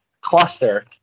cluster